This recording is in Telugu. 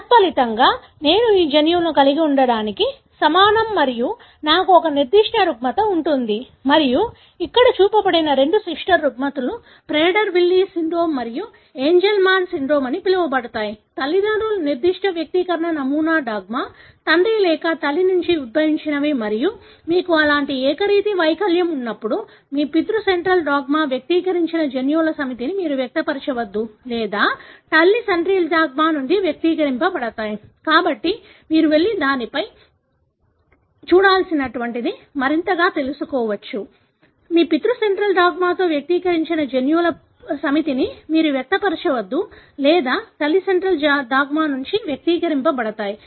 తత్ఫలితంగా నేను ఈ జన్యువులను కలిగి ఉండటానికి సమానం మరియు నాకు ఒక నిర్దిష్ట రుగ్మత ఉంటుంది మరియు ఇక్కడ చూపబడినది రెండు సిస్టర్ రుగ్మతలు ప్రేడర్ విల్లీ సిండ్రోమ్ మరియు ఏంజెల్మన్ సిండ్రోమ్ అని పిలువబడతాయి తల్లిదండ్రుల నిర్దిష్ట వ్యక్తీకరణ నమూనా డాగ్మా తండ్రి లేదా తల్లి నుండి ఉద్భవించినవి మరియు మీకు అలాంటి ఏకరీతి వైకల్యం ఉన్నప్పుడు మీ పితృ సెంట్రల్ డాగ్మా తో వ్యక్తీకరించాల్సిన జన్యువుల సమితిని మీరు వ్యక్తపరచవద్దు లేదా తల్లి సెంట్రల్ డాగ్మా నుండి వ్యక్తీకరించబడతాయి